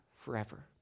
forever